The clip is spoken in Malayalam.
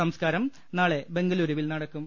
സംസ്കാരം നാളെ ബംഗലൂരുവിൽ നടക്കും